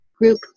group